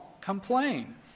complain